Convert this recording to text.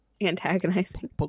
antagonizing